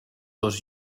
dos